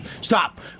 Stop